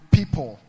people